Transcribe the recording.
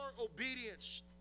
obedience